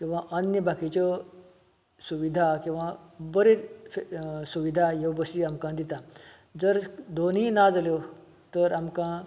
किंवा अन्य बाकीच्यो सुविधा किंवा बऱ्यो सुविधा ह्यो बसी आमकां दितात जर दोनूय ना जाल्यो तर आमकां